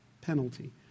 Penalty